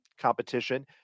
competition